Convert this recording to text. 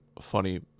funny